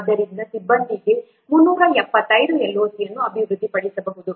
ಆದ್ದರಿಂದ ಸಿಬ್ಬಂದಿಗೆ 375 LOC ಅನ್ನು ಅಭಿವೃದ್ಧಿಪಡಿಸಬಹುದು